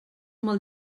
molt